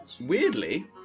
Weirdly